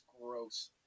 gross